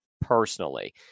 personally